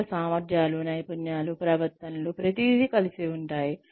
ఇక్కడ సామర్థ్యాలు నైపుణ్యాలు ప్రవర్తనలు ప్రతిదీ కలిసి ఉంటాయి